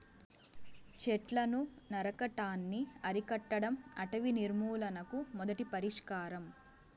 చెట్లను నరకటాన్ని అరికట్టడం అటవీ నిర్మూలనకు మొదటి పరిష్కారం